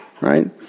right